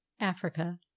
Africa